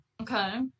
Okay